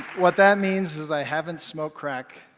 what that means is i haven't smoked crack,